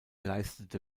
leistete